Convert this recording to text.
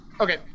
Okay